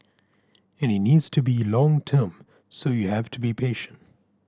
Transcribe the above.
and it needs to be long term so you have to be patient